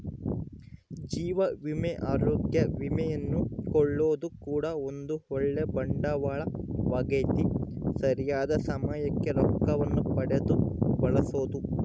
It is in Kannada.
ಜೀವ ವಿಮೆ, ಅರೋಗ್ಯ ವಿಮೆಯನ್ನು ಕೊಳ್ಳೊದು ಕೂಡ ಒಂದು ಓಳ್ಳೆ ಬಂಡವಾಳವಾಗೆತೆ, ಸರಿಯಾದ ಸಮಯಕ್ಕೆ ರೊಕ್ಕವನ್ನು ಪಡೆದು ಬಳಸಬೊದು